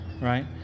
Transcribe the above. right